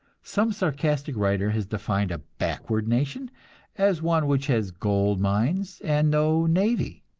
some sarcastic writer has defined a backward nation as one which has gold mines and no navy.